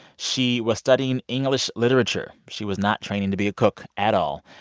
she was studying english literature. she was not training to be a cook at all,